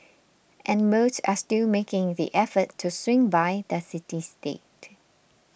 and most are still making the effort to swing by the city state